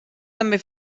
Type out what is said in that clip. també